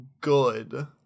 good